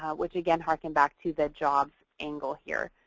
which again harking back to the job angle here.